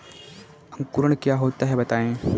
अंकुरण क्या होता है बताएँ?